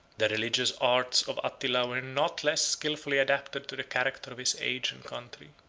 the religious arts of attila were not less skillfully adapted to the character of his age and country.